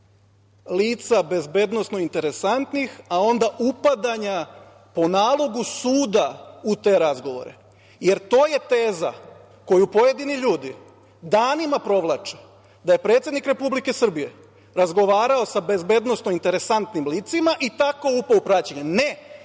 lica bezbednosno interesantnih, a onda upadanja po nalogu suda u te razgovore, jer to je teza koju pojedini ljudi danima provlače, da je predsednik Republike Srbije razgovarao sa bezbednosno interesantnim licima i tako upao u praćenje. Ne,